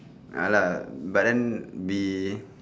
ya lah but then we